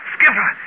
Skipper